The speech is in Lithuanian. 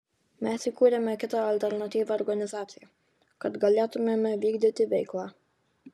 mes įkūrėme kitą alternatyvią organizaciją kad galėtumėme vykdyti veiklą